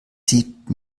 sieht